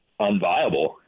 unviable